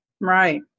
Right